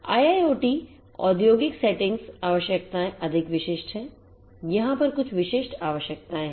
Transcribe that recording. IIoT औद्योगिक settings आवश्यकताएँ अधिक विशिष्ट हैं यहाँ पर कुछ विशिष्ट आवश्यकताएं हैं